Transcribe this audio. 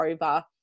over